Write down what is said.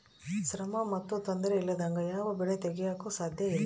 ಶ್ರಮ ಮತ್ತು ತೊಂದರೆ ಇಲ್ಲದಂಗೆ ಯಾವ ಬೆಳೆ ತೆಗೆಯಾಕೂ ಸಾಧ್ಯಇಲ್ಲ